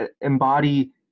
embody